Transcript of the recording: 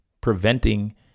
preventing